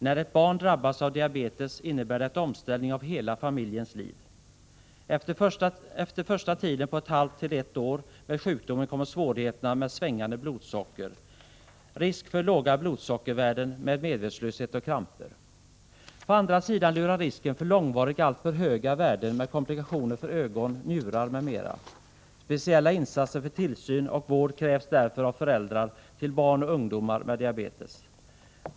När ett barn drabbas av diabetes innebär det en omställning av hela familjens liv. Efter första tiden på ett halvt till ett år med sjukdomen kommer svårigheterna med svängande blodsockerhalt och risk för låga blodsockervärden med medvetslöshet och kramper. På andra sidan lurar risken för långvarigt alltför höga värden med komplikationer för ögon, njurar m.m. Speciella insatser för tillsyn och vård krävs därför av föräldrar till barn och ungdomar med diabetes.